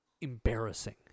embarrassing